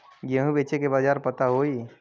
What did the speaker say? गेहूँ बेचे के बाजार पता होई?